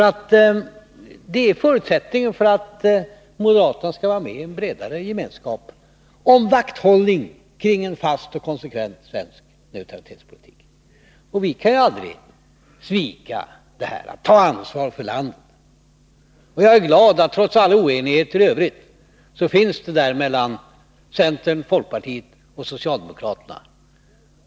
Det är en förutsättning för att moderaterna skall kunna vara med i en bredare gemenskap kring vakthållning om en fast och konsekvent svensk neutralitetspolitik. Vi kan aldrig svika ansvaret för landet. Jag är glad att trots all oenighet i övrigt finns här enighet mellan centerpartiet, folkpartiet och socialdemokraterna.